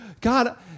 God